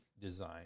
design